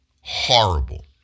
horrible